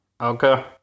Okay